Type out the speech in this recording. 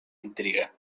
intriga